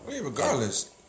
regardless